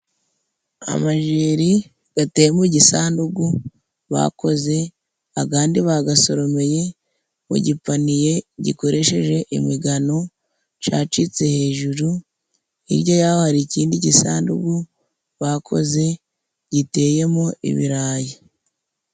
Amajeri gateye mu gisandugu bakoze, agandi bagasoromeye mu gipaniye gikoresheje imigano cacitse hejuru hirya yaho hari ikindi gisanduku bakoze giteyemo ibirayi.